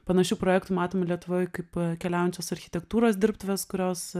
panašių projektų matom lietuvoj kaip keliaujančios architektūros dirbtuvės kurios